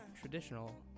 traditional